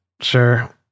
sure